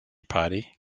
party